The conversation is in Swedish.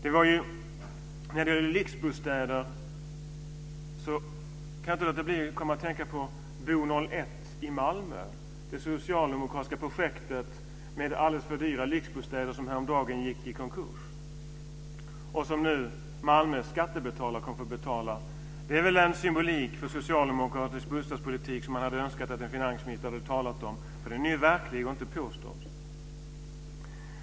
I samband med Riksbostäder kan jag inte låta bli att tänka på Bo01 i Malmö, det socialdemokratiska projekt med alldeles för dyra lyxbostäder som häromdagen gick i konkurs och som Malmös skattebetalare nu kommer att få betala. Det är väl en symbolik för socialdemokratisk bostadspolitik som man hade önskat att en finansminister hade talat om. Den är ju verklig och inte påstådd.